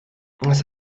das